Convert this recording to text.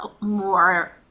more